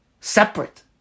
separate